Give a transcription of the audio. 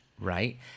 Right